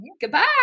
goodbye